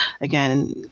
again